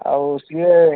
ଆଉ ସିଏ